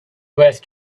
worth